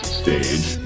stage